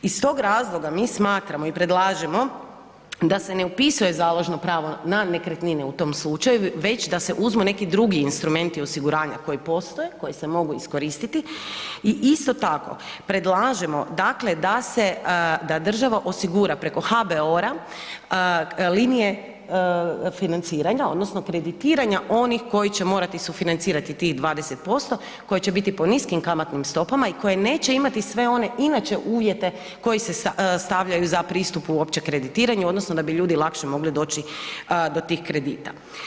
Iz tog razloga mi smatramo i predlažemo da se ne upisuje založno pravo na nekretnine u tom slučaju već da se uzmu neki drugi instrumenti osiguranja koji postoje, koji se mogu iskoristiti i isto tako, predlažemo dakle, da se, da država osigura preko HBOR-a linije financiranja, odnosno kreditiranja onih koji će morati sufinancirati tih 20%, koji će biti po niskim kamatnim stopama i koji neće imati sve one inače uvjete koji se stavljaju za pristup uopće kreditiranju odnosno da bi ljudi lakše mogli doći do tih kredita.